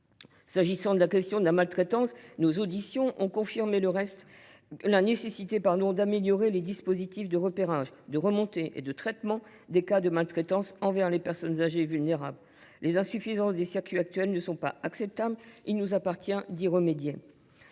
suffisant. Sur la question de la maltraitance, nos auditions ont confirmé la nécessité d’améliorer les dispositifs de repérage, de remontée et de traitement des cas de maltraitance envers les personnes âgées vulnérables. Les insuffisances des circuits actuels ne sont pas acceptables et il nous appartient d’y remédier.